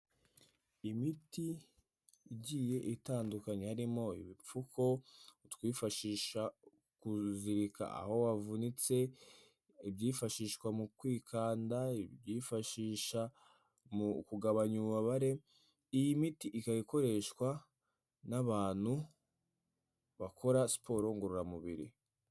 Imiti igiye itandukanye harimo ibipfufo, utwifashisha kuzirika aho wavunitse, ibyifashishwa mu kwikanda, byifashisha mu kugabanya ububabare, iyi miti ikaba ikoreshwa n'abantu bakora siporo ngororamubiri.